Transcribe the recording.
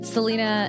Selena